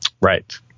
Right